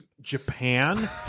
Japan